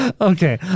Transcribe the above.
Okay